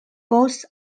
both